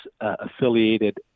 affiliated